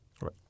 right